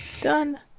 done